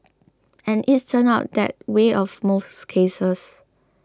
and it's turned out that way for most cases